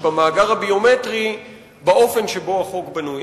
במאגר הביומטרי באופן שבו החוק בנוי.